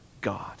God